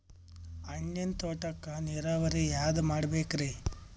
ಹಣ್ಣಿನ್ ತೋಟಕ್ಕ ನೀರಾವರಿ ಯಾದ ಮಾಡಬೇಕ್ರಿ?